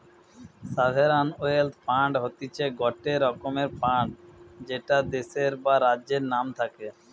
sovereign wealth fund হতিছে গটে রকমের ফান্ড যেটা দেশের বা রাজ্যের নাম থাকে